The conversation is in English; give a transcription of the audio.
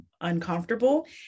uncomfortable